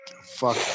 Fuck